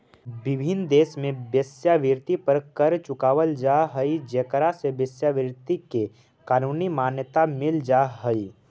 विभिन्न देश में वेश्यावृत्ति पर कर चुकावल जा हई जेकरा से वेश्यावृत्ति के कानूनी मान्यता मिल जा हई